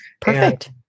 Perfect